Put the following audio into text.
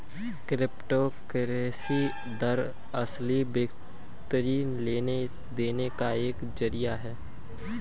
crypto currency दरअसल, वित्तीय लेन देन का एक जरिया है